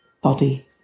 body